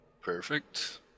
perfect